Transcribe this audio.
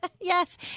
Yes